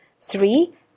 three